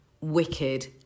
wicked